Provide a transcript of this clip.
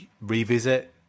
revisit